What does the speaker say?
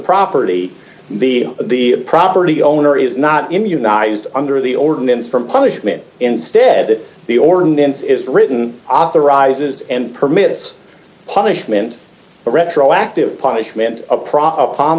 property the the property owner is not immunized under the ordinance from punishment instead that the ordinance is written authorizes and permits punishment retroactive punishment o